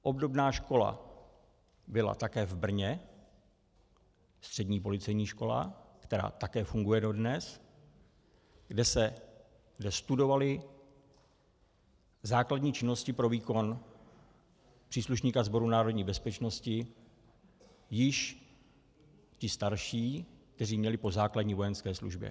Obdobná škola byla také v Brně, střední policejní škola, která také funguje dodnes, kde studovali základní činnosti pro výkon příslušníka Sboru národní bezpečnosti již ti starší, kteří měli po základní vojenské službě.